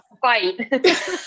Fight